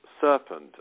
serpent